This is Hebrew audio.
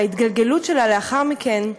וההתגלגלות שלה לאחר מכן,